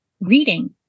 reading